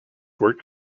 work